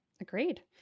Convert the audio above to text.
Agreed